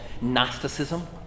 Gnosticism